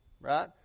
right